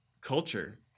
culture